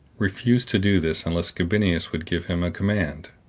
refused to do this unless gabinius would give him a command.